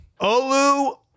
olu